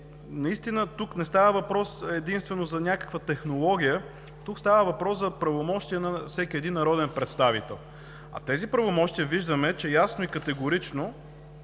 Наистина тук не става въпрос единствено за някаква технология, тук става въпрос за правомощия на всеки един народен представител. А в тези правомощия виждаме, че ясно и категорично,